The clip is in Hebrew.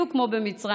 בדיוק כמו במצרים,